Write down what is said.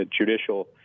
judicial